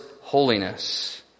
holiness